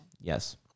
yes